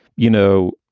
you know,